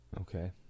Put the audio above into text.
Okay